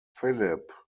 philip